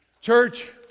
Church